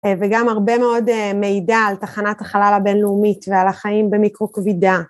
וגם הרבה מאוד מידע על תחנת החלל הבינלאומית ועל החיים במיקרוקבידה.